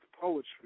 poetry